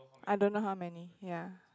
I don't know how many ya